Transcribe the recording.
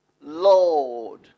Lord